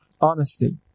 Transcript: honesty